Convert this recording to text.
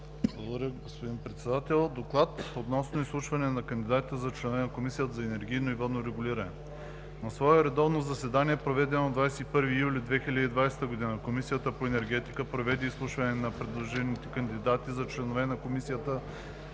Благодаря, господин Председател. „ДОКЛАД относно изслушване на кандидатите за членове на Комисията за енергийно и водно регулиране На свое редовно заседание, проведено на 21 юли 2020 г., Комисията по енергетика проведе изслушване на предложените кандидати за членове на Комисията